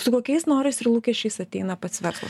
su kokiais norais ir lūkesčiais ateina pats verslas